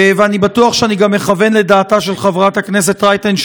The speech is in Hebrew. ואני בטוח שאני גם מכוון לדעתה של חברת הכנסת רייטן,